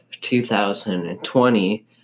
2020